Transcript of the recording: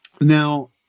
Now